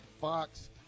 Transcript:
Fox